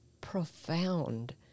profound